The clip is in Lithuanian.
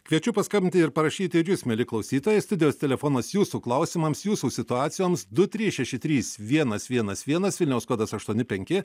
kviečiu paskambinti ir parašyti ir jus mieli klausytojai studijos telefonas jūsų klausimams jūsų situacijoms du trys šeši trys vienas vienas vienas vilniaus kodas aštuoni penki